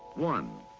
one,